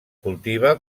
cultiva